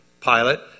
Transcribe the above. pilot